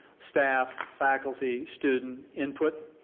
staff, faculty, student input